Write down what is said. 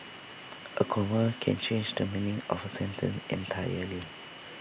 A comma can change the meaning of A sentence entirely